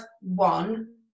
one